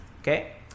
okay